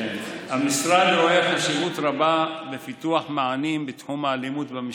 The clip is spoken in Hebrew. המשרד רואה חשיבות רבה לפיתוח מענים בתחום האלימות במשפחה.